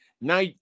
Now